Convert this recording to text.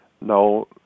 No